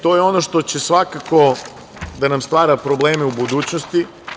To je ono što će svakako da nam stvara probleme u budućnosti.